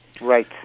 Right